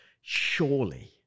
surely